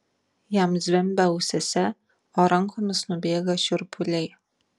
jam zvimbia ausyse o rankomis nubėga šiurpuliai